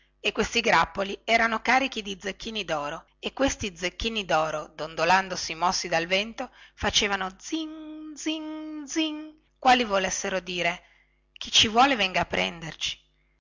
e questi grappoli erano carichi di zecchini doro che dondolandosi mossi dal vento facevano zin zin zin quasi volessero dire chi ci vuole venga a prenderci